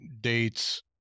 dates